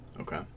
Okay